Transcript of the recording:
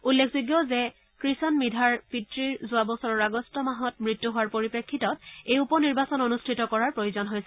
উল্লেখযোগ্য যে কিষণ মিধাৰ পিতৃ যোৱা বছৰৰ আগষ্ট মাহত মৃত্যু হোৱাৰ পৰিপ্ৰেক্ষিতত এই উপ নিৰ্বাচন অনুষ্ঠিত কৰাৰ প্ৰয়োজন হৈছে